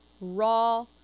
raw